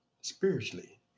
spiritually